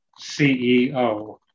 CEO